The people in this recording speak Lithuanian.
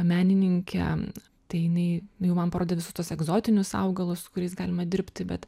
menininkę tai jinai jau man parodė visus tuos egzotinius augalus su kuriais galima dirbti bet